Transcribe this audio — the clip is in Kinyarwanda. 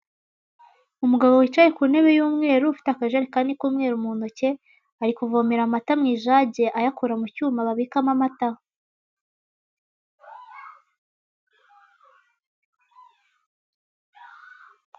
Umugabo wicaye ku ntebe y'umweru ufite akajerekani k'umweru mu ntoki, ari kuvomera amata mu ijage ayakura mu cyuma babikamo amata.